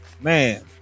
Man